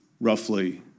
roughly